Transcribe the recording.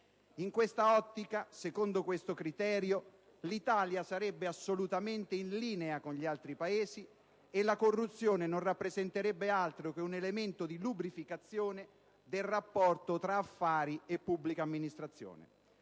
In quest'ottica, secondo tale criterio, l'Italia sarebbe assolutamente in linea con gli altri Paesi e la corruzione non rappresenterebbe altro che un elemento di lubrificazione del rapporto tra affari e pubblica amministrazione,